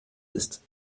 ist